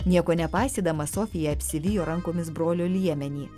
nieko nepaisydama sofija apsivijo rankomis brolio liemenį